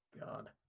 God